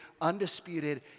undisputed